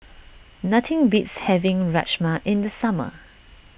nothing beats having Rajma in the summer